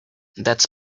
that’s